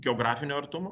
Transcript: geografinio artumo